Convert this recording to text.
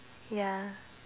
ya